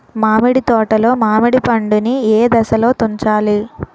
మామిడి తోటలో మామిడి పండు నీ ఏదశలో తుంచాలి?